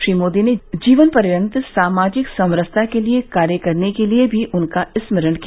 श्री मोदी ने जीवनपर्यंत सामाजिक समरसता के लिए कार्य करने के लिए भी उनका स्मरण किया